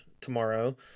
tomorrow